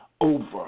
over